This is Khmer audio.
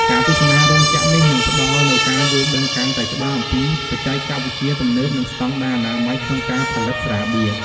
ការទស្សនារោងចក្រនេះ នឹងផ្ដល់នូវការយល់ដឹងកាន់តែច្បាស់អំពីបច្ចេកវិទ្យាទំនើប និងស្តង់ដារអនាម័យក្នុងការផលិតស្រាបៀរ។